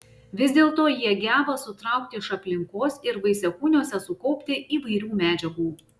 vis dėlto jie geba sutraukti iš aplinkos ir vaisiakūniuose sukaupti įvairių medžiagų